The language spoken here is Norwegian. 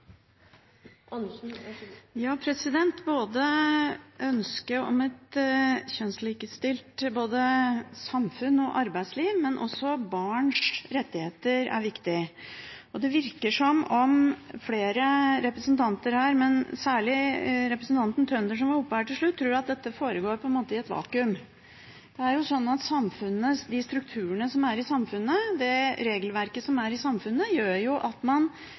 viktig. Det virker som om flere representanter her, men særlig representanten Tønder, som var oppe her til slutt, tror at dette foregår i et vakuum. Det er jo sånn at strukturene i samfunnet, det regelverket som er i samfunnet, gjør at man